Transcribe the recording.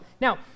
Now